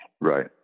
Right